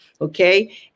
okay